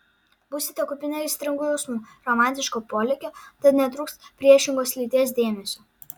būsite kupini aistringų jausmų romantiško polėkio tad netrūks priešingos lyties dėmesio